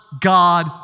god